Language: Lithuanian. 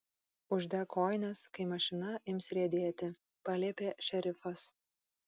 uždek kojines kai mašina ims riedėti paliepė šerifas